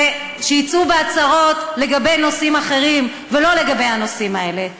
ושיצאו בהצהרות לגבי נושאים אחרים ולא לגבי הנושאים האלה.